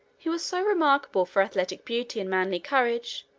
he was so remarkable for athletic beauty and manly courage,